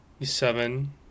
seven